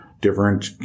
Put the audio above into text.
different